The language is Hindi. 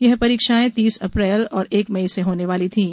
यह परीक्षाएं तीस अप्रैल और एक मई से होने वाली थीं